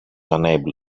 unable